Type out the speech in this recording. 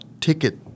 ticket